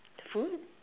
food